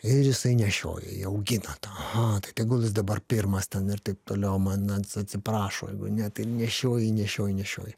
ir jisai nešioja jį augina tą aha tai tegul jis dabar pirmas ten ir taip toliau man atsiprašo jeigu ne tai ir nešioji nešioji nešioji